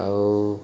ଆଉ